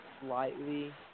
slightly